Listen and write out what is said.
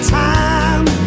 time